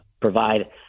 provide